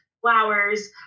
flowers